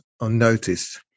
unnoticed